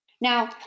Now